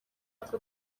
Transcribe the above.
aka